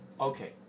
okay